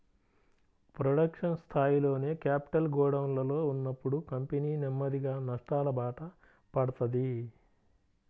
production స్థాయిలోనే capital గోడౌన్లలో ఉన్నప్పుడు కంపెనీ నెమ్మదిగా నష్టాలబాట పడతది